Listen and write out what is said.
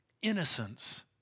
Innocence